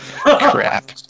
Crap